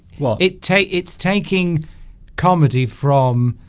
what it takes it's taking comedy from